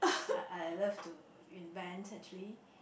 I I love to invent actually